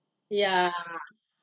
ya